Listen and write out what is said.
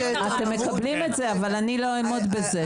אתם מקבלים את זה, אבל אני לא אעמוד כזה.